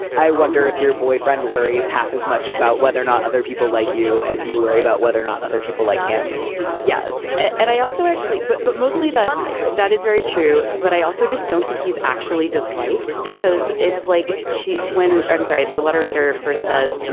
i wonder if your boyfriend worries half as much about whether or not other people like you as you worry about whether or not other people like him yes. and i also actually. but but mostly that that is very true. but i also just don't think he's actually disliked because it's like she when. i'm sorry. the letter writer first says,